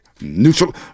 neutral